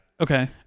Okay